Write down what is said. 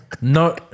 No